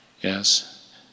Yes